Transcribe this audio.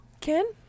Ken